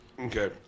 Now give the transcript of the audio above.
Okay